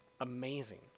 amazing